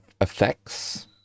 effects